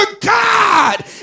God